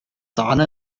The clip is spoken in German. sahne